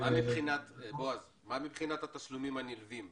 מה מבחינת התשלומים הנלווים?